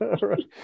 Right